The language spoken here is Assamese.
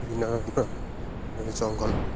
বিভিন্ন ধৰণৰ জংঘল